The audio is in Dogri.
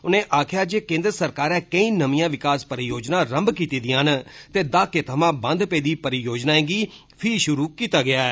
उनें आक्खेआ जे केन्द्र सरकारै केईं नमियां विकास परियोजनां रम्भ कीती दियां न ते दाहकें थमां बंद पेदी परियोजनाएं गी फिह शुरु कीता गेया ऐ